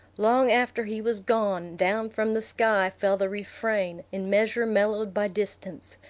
long after he was gone, down from the sky fell the refrain in measure mellowed by distance,